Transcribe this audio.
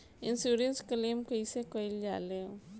Insurance claim कइसे कइल जा ले?